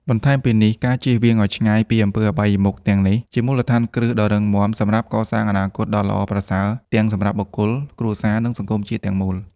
បន្ថែមពីនេះ ការចៀសវាងឲ្យឆ្ងាយពីអំពើអបាយមុខទាំងនេះ ជាមូលដ្ឋានគ្រឹះដ៏រឹងមាំសម្រាប់កសាងអនាគតដ៏ល្អប្រសើរទាំងសម្រាប់បុគ្គល គ្រួសារ និងសង្គមជាតិទាំងមូល។